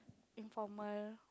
informal